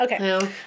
Okay